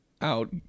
out